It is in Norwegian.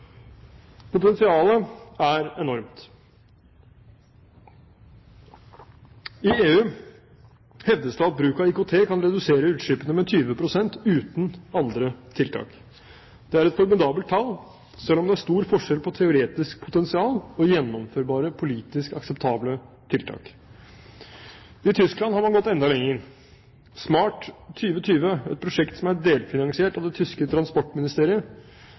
Potensialet er enormt. I EU hevdes det at bruk av IKT kan redusere utslippene med 20 pst. uten andre tiltak. Det er et formidabelt tall, selv om det er stor forskjell på et teoretisk potensial og gjennomførbare politisk akseptable tiltak. I Tyskland har man gått enda lenger. Smart 2020, et prosjekt som er delfinansiert av det tyske